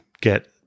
get